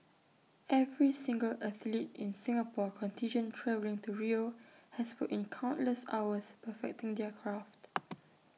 every single athlete in the Singapore contingent travelling to Rio has put in countless hours perfecting their craft